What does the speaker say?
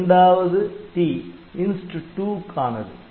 இரண்டாவது 'T' Inst 2 க்கானது